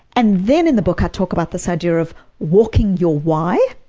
and then in the book i talk about this idea of walking your why,